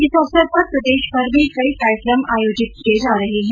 इस अवसर पर प्रदेशभर में कई कार्यक्रम आयोजित किये जा रहे है